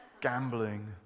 gambling